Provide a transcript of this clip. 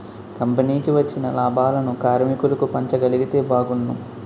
కంపెనీకి వచ్చిన లాభాలను కార్మికులకు పంచగలిగితే బాగున్ను